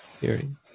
Hearing